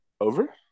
over